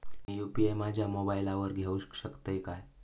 मी UPI माझ्या मोबाईलावर घेवक शकतय काय?